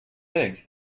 pig